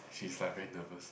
she's like very nervous